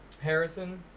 Harrison